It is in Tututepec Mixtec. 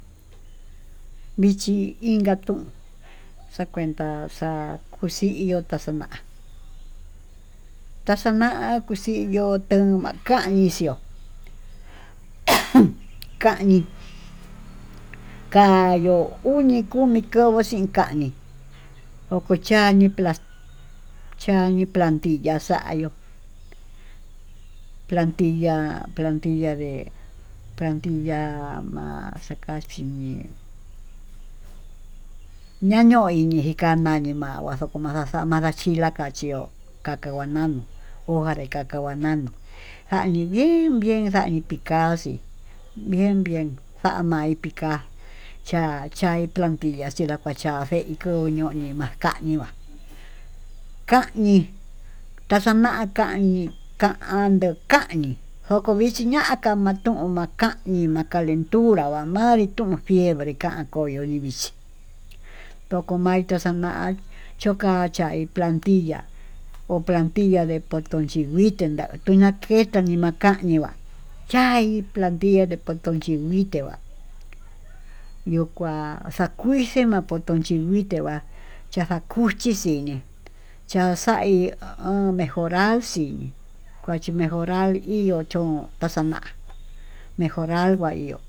Vichi inka tuun xakuenta xa'á uxi ihó xatama'á, taxana'akuxhi ihó en makanixhió káni kayó uni komi kovo'o xii kanii okocha ñii las chani plas ñaniuu plantilla xayo'ó, plantilla, plantilla de plantilla ha ma'a xakachí ñii ñañoi ika'a ñanii ma'a ngua toko maxaxamá mayiliá kachió kaka nguananu hoja de kaka nguananu'u xanii bien bien xanii pikada chí bien bien, xami pika'a chai chai plantilla ya'a kuachá kueí kuu koñoñi makaiñi ma'a kañii taxaná kañii kanduu kani, kokovichi ñaka matunma'a kanii ma'a calentura la manrí tuun ken keveri kan koyó ndevichí toko maituu xana'á choka chai plantilla, ho plantilla nde poko chinkuite nda'a kuña'a ketuu tañimakañi nguá ya'í plantilla nde kokochinkuité, kuá ñuu kuá xapuinxhi ma'a xakonchikuité va'á xa'a kuchí xhinii ya'a xaí uun mejoral xí kuachí mejonral iho chón kuaxana'a mejoral kuá ihó.